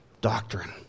doctrine